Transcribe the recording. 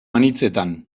anitzetan